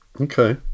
Okay